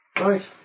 Right